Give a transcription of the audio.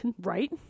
Right